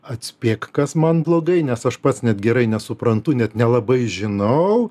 atspėk kas man blogai nes aš pats net gerai nesuprantu net nelabai žinau